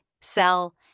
sell